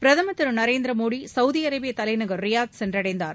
பிரதமர் திரு நரேந்திர மோடி சவுதி அரேபிய தலைநகர் ரியாத் சென்றடைந்தார்